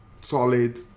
solid